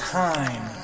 time